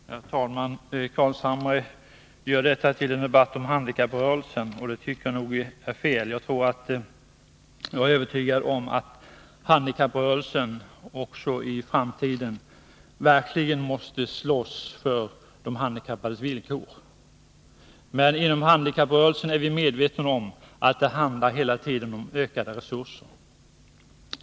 Herr talman! Nils Carlshamre gör detta till en debatt om handikapprörelsen, och det tycker jag är fel. Jag är övertygad om att handikapprörelsen också i framtiden verkligen måste slåss för de handikappades villkor. Inom handikapprörelsen är vi medvetna om att det hela tiden handlar om ökade resurser.